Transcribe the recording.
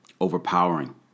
overpowering